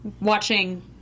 watching